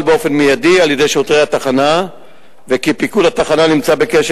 באופן מיידי על-ידי שוטרי התחנה ופיקוד התחנה נמצא בקשר